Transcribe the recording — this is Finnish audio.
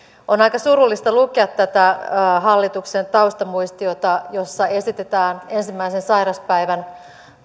on aika surullista lukea tätä hallituksen taustamuistiota jossa esitetään ensimmäisen sairauspäivän